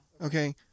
Okay